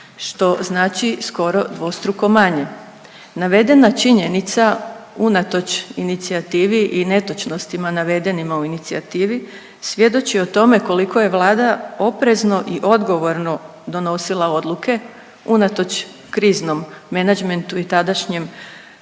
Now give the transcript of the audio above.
što znači skoro dvostruko manje. Navedena činjenica unatoč inicijativi i netočnostima navedenima u inicijativi svjedoči o tome koliko je Vlada oprezno i odgovorno donosila odluke unatoč kriznom menadžmentu i tadašnjoj